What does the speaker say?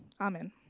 Amen